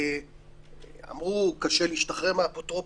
אמרו שקשה להשתחרר מהאפוטרופוס.